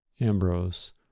Ambrose